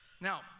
Now